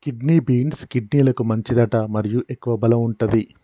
kidney beans, కిడ్నీలకు మంచిదట మరియు ఎక్కువ బలం వుంటది